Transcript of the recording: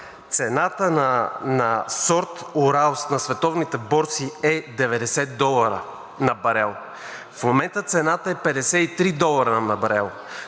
цената на сорт „Уралс“ на световните борси е 90 долара на барел, в момента цената е 53 долара на барел,